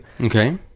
Okay